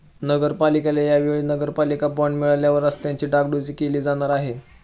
नगरपालिकेला या वेळी नगरपालिका बॉंड मिळाल्यावर रस्त्यांची डागडुजी केली जाणार आहे